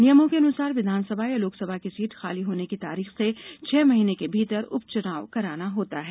नियमों के अनुसार विधानसभा या लोकसभा की सीट खाली होने की तारीख से छह महीने के भीतर उपचुनाव कराना होता है